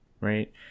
Right